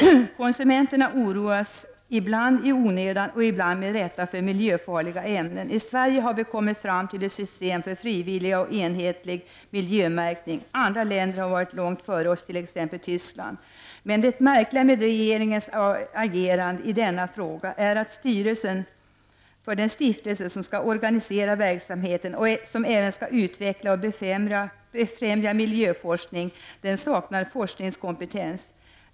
Konsumenterna oroas, ibland i onödan och ibland med rätta, för miljöfarliga ämnen. I Sverige har vi kommit fram till ett system för frivillig och enhetlig miljömärkning. Andra länder har varit långt före oss, t.ex. Tyskland. Men det märkliga med regeringens agerande i denna fråga är att styrelsen för den stiftelse som skall organisera verksamheten och utveckla och befrämja miljöforskning saknar forskningskompetens.